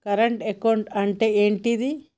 Current account అంటే ఏంటిది?